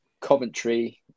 Coventry